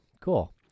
Cool